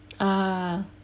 ah